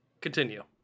continue